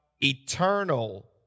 eternal